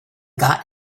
got